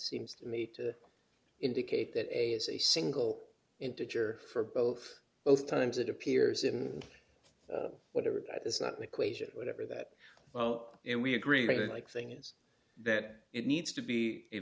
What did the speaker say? seems to me to indicate that a is a single integer for both both times it appears in whatever that is not an equation whatever that well and we agree they like saying is that it needs to be